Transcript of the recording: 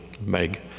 Meg